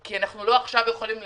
כי אנחנו לא יכולים